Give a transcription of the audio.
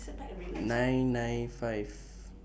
nine nine five